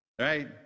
right